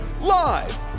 live